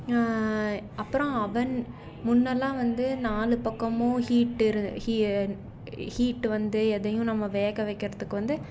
அப்புறம் அவன் முன்னெல்லாம் வந்து நாலு பக்கமும் ஹீட்டு இரு ஹீ ஹீட்டு வந்து எதையும் நம்ம வேக வைக்கிறதுக்கு வந்து